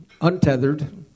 untethered